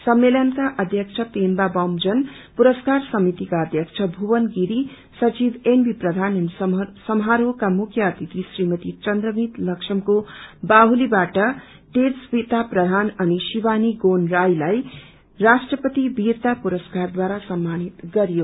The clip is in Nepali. सम्मेलनका आध्यक्ष पेम्बा बमजन पुरसकार समितिका अध्यक्ष भुवन गत्रगिरी सचिव एनबी प्रधान अनि समारोहका मुख्य अतिथि श्रीमती चन्द्रमती लक्षमको बाहुलीबाट तेजस्वीता प्रधान अनि शिवानी गोन राईलाई राष्ट्रपति वीरता पुरस्कारद्वारा सम्मानित गरियो